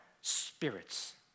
spirits